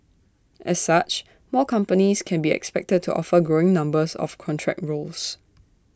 as such more companies can be expected to offer growing numbers of contract roles